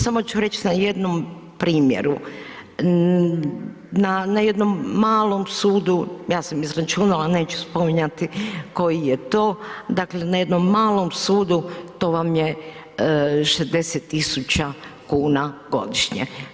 Samo ću reći na jednom primjeru, na jednom malom sudu, ja sam izračunala, neću spominjati koji je to, dakle na jednom malom sudu to vam je 60.000 kuna godišnje.